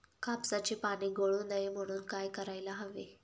कापसाची पाने गळू नये म्हणून काय करायला हवे?